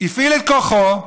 הפעיל את כוחו,